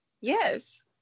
Yes